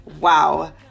Wow